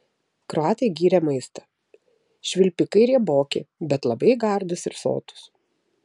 kroatai gyrė maistą švilpikai rieboki bet labai gardūs ir sotūs